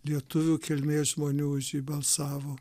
lietuvių kilmės žmonių už jį balsavo